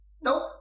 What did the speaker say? Nope